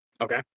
Okay